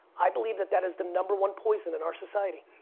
i believe that that is the number one poison in our society.